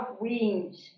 wings